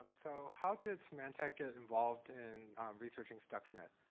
so how did symantec get involved in researching stuxnet?